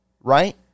right